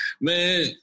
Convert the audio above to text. Man